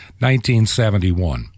1971